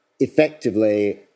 effectively